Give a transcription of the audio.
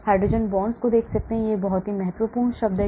hydrogen bond जो बहुत बहुत महत्वपूर्ण शब्द है